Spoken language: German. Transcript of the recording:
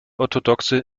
orthodoxe